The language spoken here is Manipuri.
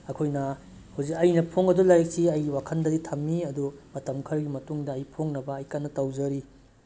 ꯑꯩꯈꯣꯏꯅ ꯍꯧꯖꯤꯛ ꯑꯩꯅ ꯐꯣꯡꯒꯗꯧꯔꯤꯕ ꯂꯥꯏꯔꯤꯛꯁꯤ ꯑꯩꯒꯤ ꯋꯥꯈꯟꯗꯗꯤ ꯊꯝꯃꯤ ꯑꯗꯨ ꯃꯇꯝ ꯈꯔꯒꯤ ꯃꯇꯨꯡꯗ ꯑꯩ ꯐꯣꯡꯅꯕ ꯑꯩ ꯀꯟꯅ ꯇꯧꯖꯔꯤ